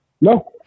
No